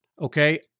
okay